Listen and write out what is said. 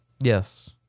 Yes